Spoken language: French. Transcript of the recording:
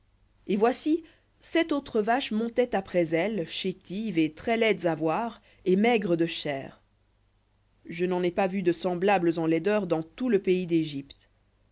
et voici sept autres vaches montaient après elles chétives et très laides à voir et maigres de chair je n'en ai pas vu de semblables en laideur dans tout le pays d'égypte